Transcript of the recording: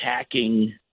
attacking